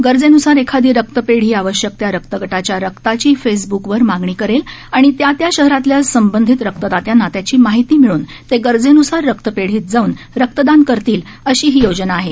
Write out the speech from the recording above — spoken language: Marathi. गरजेनुसारी एखादी रक्तपेढी आवश्यक त्या रक्तगटाच्या रक्ताची फेसब्कवर मागणी करेल आणि त्या त्या शहरातील संबंधित रक्तदात्यांना त्याची माहिती मिळून ते गरजेन्सार रक्तपेढीत जाऊन रक्तदान करतील अशी ही योजना आहे